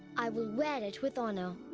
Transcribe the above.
i will wear it with honor.